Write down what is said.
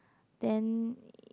then